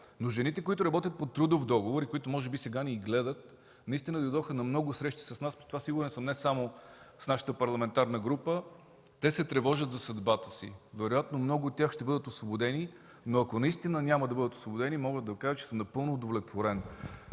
Жените, които обаче работят по трудов договор и може би сега ни гледат, дойдоха на много срещи с нас, не само с нашата парламентарна група. Те се тревожат за съдбата си и вероятно много от тях ще бъдат освободени. Ако наистина няма да бъдат освободени, мога да кажа, че съм напълно удовлетворен.